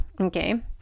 Okay